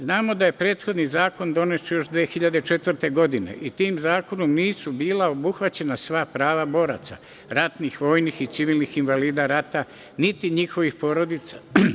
Znamo da je prethodni zakon donesen još 2004. godine, i tim zakonom nisu bila obuhvaćena sva prava boraca, ratnih, vojnih i civilnih invalida rata, niti njihovih porodica.